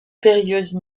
périlleuse